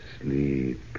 Sleep